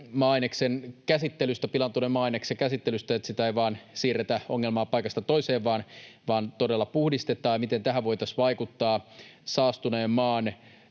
pilaantuneen maa-aineksen käsittelystä: eihän ongelmaa vain siirretä paikasta toiseen, vaan todella puhdistetaan, ja miten tähän voitaisiin vaikuttaa? Saastuneen maan